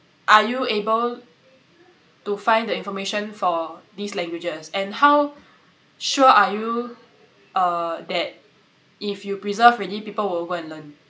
are you able to find the information for these languages and how sure are you uh that if you preserve really people will go and learn